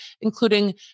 including